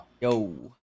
yo